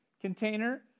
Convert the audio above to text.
container